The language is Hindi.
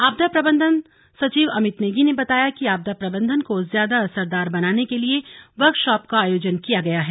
आपदा प्रबंधन सचिव अमित नेगी ने बताया कि आपदा प्रबंधन को ज्यादा असरदार बनाने के लिए वर्कशॉप का आयोजन किया गया है